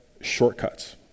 shortcuts